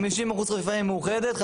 50% חפיפה עם מאוחדת,